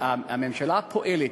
הממשלה פועלת